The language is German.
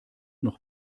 noch